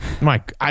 Mike